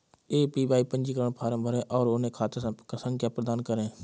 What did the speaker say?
APY पंजीकरण form भरें और उन्हें खाता संख्या प्रदान करें